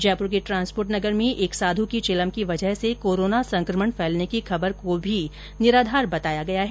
जयपूर के ट्रांसपोर्ट नगर में एक साध् की चिलम की वजह से कोरोना संक्रमण फैलने की खबर को भी निराधार बताया गया है